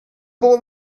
boy